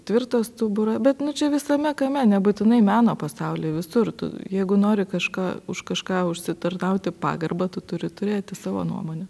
tvirtą stuburą bet nu čia visame kame nebūtinai meno pasaulyje visur tu jeigu nori kažką už kažką užsitarnauti pagarbą tu turi turėti savo nuomonę